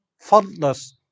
faultless